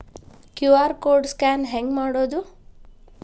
QR code scan ಹೆಂಗ್ ಮಾಡೋದು?